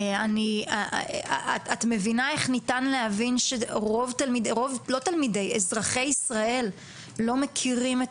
את מבינה איך ניתן להבין שרוב אזרחי ישראל לא מכירים את